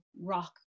rock